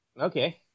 Okay